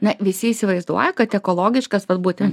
na visi įsivaizduoja kad ekologiškas vat būtent